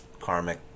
karmic